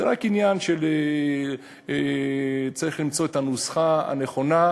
זה רק עניין שצריך למצוא את הנוסחה הנכונה,